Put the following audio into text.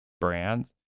brands